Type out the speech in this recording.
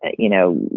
and you know,